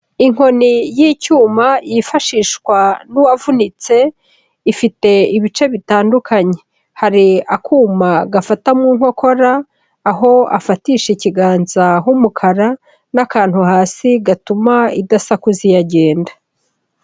Inkoni y'icyuma yifashishwa n'uwavunitse, ifite ibice bitandukanye. Hari akuma gafata mu nkokora, aho afatisha ikiganza h'umukara n'akantu hasi gatuma idasakuza iyo agenda.